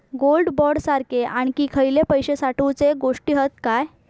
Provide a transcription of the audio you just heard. Gold bond सारखे आणखी खयले पैशे साठवूचे गोष्टी हत काय?